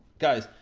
guys,